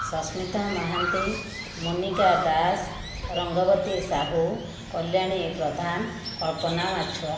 Sasmita Mohanty Monica Das Rangabati Sahu Kalyani Pradhan Kalpana Machhua